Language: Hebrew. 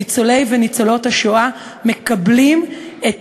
ניצולי וניצולות השואה מקבלים את